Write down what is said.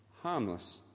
harmless